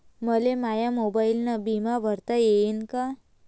मले माया मोबाईलनं बिमा भरता येईन का?